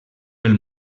pel